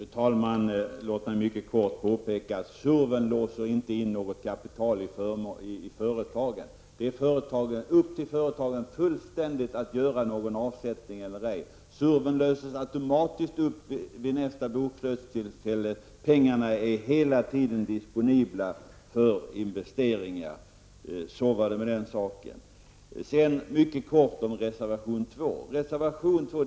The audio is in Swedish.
Fru talman! Låt mig mycket kort påpeka att SURV inte låser in något kapital i företagen. Det är fullständigt upp till företagen att göra avsättningar eller inte. SURV löses automatiskt upp vid nästa bokslutstillfälle. Pengarna är hela tiden disponibla för investeringar. Så var det med den saken. Sedan mycket kort om reservation 2.